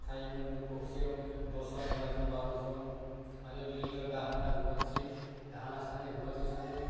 थायोमोन न'खरसेयावनो दसजन एगार'जन बार'जन आरो बेनि गेजेराव दाहोना रुवाथि दाहोना सानै रुवाथि सानै